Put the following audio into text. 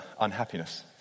unhappiness